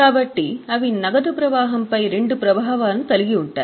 కాబట్టి అవి నగదు ప్రవాహంపై రెండు ప్రభావాలను కలిగి ఉంటాయి